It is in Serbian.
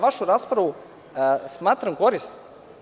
Vašu raspravu smatram korisnom.